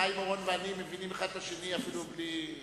חיים אורון ואני מבינים אחד את השני אפילו בלי,